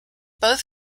both